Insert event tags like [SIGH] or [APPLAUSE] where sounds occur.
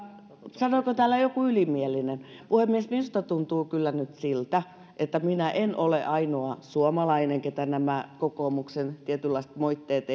sanoiko täällä joku ylimielinen puhemies minusta tuntuu kyllä nyt siltä että minä en ole ainoa suomalainen ketä nämä kokoomuksen tietynlaiset moitteet [UNINTELLIGIBLE]